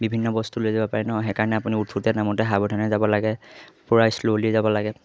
বিভিন্ন বস্তু লৈ যাব পাৰে ন সেইকাৰণে আপুনি উঠোঁতে নামোতে সাৱধানে যাব লাগে পুৰাই শ্ল'লি যাব লাগে